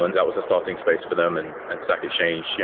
and that was a starting space for them. and and stack exchange, yeah